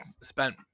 spent